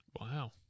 Wow